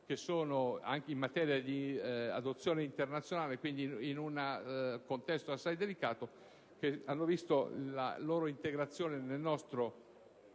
che, anche in materia di adozione internazionale e quindi in un contesto assai delicato, hanno visto la loro integrazione nel nostro